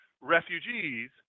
refugees